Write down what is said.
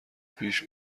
پیش